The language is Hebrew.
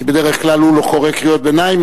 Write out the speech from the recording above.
כי בדרך כלל הוא לא קורא קריאות ביניים,